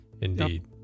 indeed